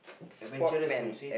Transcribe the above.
adventurous I would say